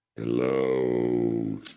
Hello